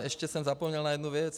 Ještě jsem zapomněl na jednu věc.